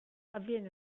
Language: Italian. avviene